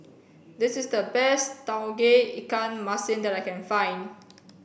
this is the best Tauge Ikan Masin that I can find